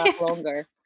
longer